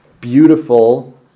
beautiful